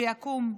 שיקום.